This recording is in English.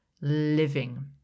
living